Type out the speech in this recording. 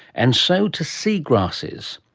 and so to seagrasses.